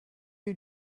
you